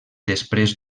després